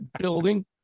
building